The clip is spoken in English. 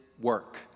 work